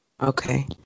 Okay